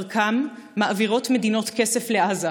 שדרכם מעבירות מדינות כסף לעזה,